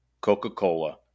Coca-Cola